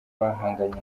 bahanganye